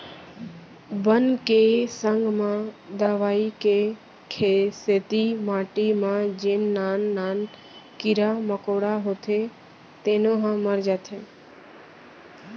बन के संग म दवई के सेती माटी म जेन नान नान कीरा मकोड़ा होथे तेनो ह मर जाथें